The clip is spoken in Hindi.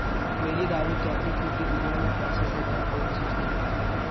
मेरी दादी कहती थी कि दुनिया में पैसे से बड़ा कोई चीज नहीं होता